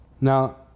Now